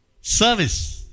service